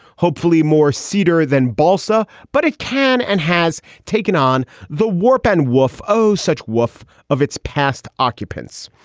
hopefully more seeder than balsa, but it can and has taken on the warp and wucf. oh, such wucf of its past occupants.